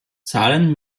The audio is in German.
zahlen